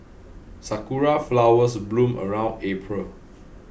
sakura flowers bloom around April